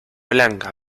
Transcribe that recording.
blanca